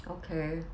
okay